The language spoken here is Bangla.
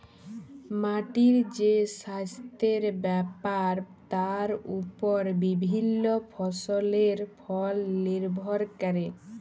মাটির যে সাস্থের ব্যাপার তার ওপর বিভিল্য ফসলের ফল লির্ভর ক্যরে